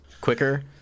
quicker